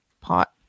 pot